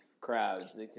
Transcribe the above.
crowds